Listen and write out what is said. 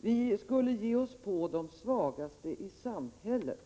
Vi skulle enligt Jörn Svensson ge oss på de svagaste i samhället.